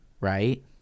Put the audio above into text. Right